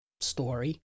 story